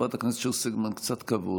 חברת הכנסת שיר סגמן, קצת כבוד.